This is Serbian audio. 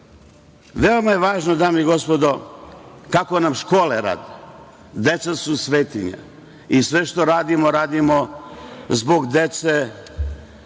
mestu. Veoma je važno, dame i gospodo, kako nam škole rade. Deca su svetinja i sve što radimo radimo zbog dece,